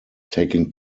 taking